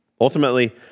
Ultimately